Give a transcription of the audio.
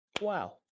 Wow